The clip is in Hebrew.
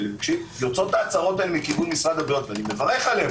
כשיוצאות ההצהרות האלה של משרד הבריאות שאני מברך עליהן